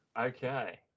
Okay